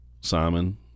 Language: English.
Simon